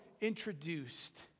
introduced